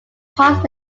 passed